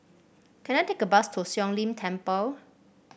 can I take a bus to Siong Lim Temple